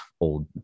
old